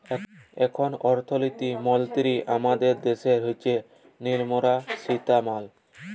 এখল অথ্থলিতি মলতিরি আমাদের দ্যাশের হচ্ছেল লির্মলা সীতারামাল